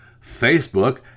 Facebook